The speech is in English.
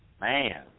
man